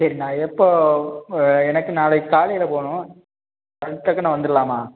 சரிண்ணா எப்போது எனக்கு நாளைக்கி காலையில் போகணும் நான் வந்துடுலாமா